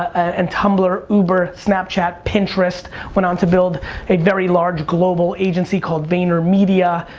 and tumblr, uber, snapchat, pinterest. went on to build a very large, global agency called vaynermedia.